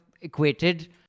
equated